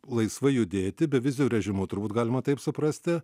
laisvai judėti beviziu režimu turbūt galima taip suprasti